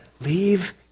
Leave